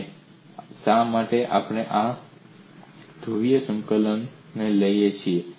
અને શા માટે આપણે આ ધ્રુવીય સંકલનમાં લઈએ છીએ